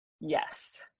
yes